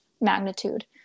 magnitude